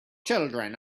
children